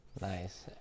nice